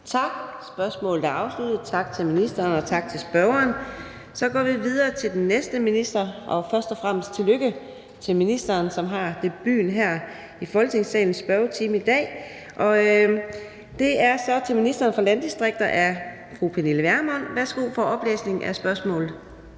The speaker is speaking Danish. Tak. Spørgsmålet er afsluttet. Tak til ministeren, og tak til spørgeren. Så går vi videre til den næste minister, og først og fremmest tillykke til ministeren, som har debut her i Folketingets spørgetid i dag. Spørgsmålet er til ministeren for byer og landdistrikter af fru Pernille Vermund. Kl. 14:47 Spm. nr. S 231 (omtrykt)